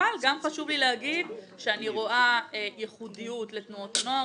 אבל גם חשוב לי להגיד שאני רואה ייחודיות לתנועות הנוער,